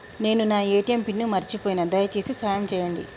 నేను నా ATM pin మర్చిపోయిన, దయచేసి సాయం చేయండి